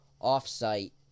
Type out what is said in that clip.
off-site